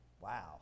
Wow